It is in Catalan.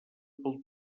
pel